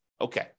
Okay